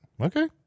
Okay